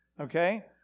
okay